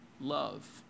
love